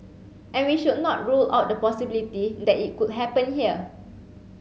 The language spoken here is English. and we should not rule out the possibility that it could happen here